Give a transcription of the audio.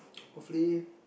hopefully